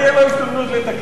את זה יהיה לו הזדמנות לתקן.